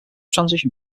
transition